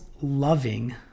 loving